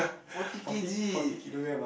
forty k_g